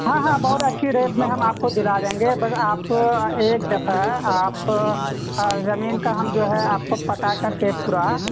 ہاں ہاں بہت اچھی ریٹ میں ہم آپ کو دلا دیں گے بس آپ ایک دفعہ آپ زمین کا ہم جو ہے آپ کو پتا کرکے پورا